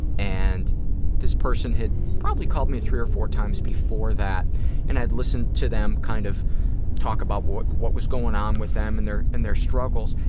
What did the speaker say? and this person had probably called me three or four times before that and i'd listened to them kind of talk about what what was going on with them and their and their struggles,